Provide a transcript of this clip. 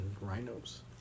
rhinos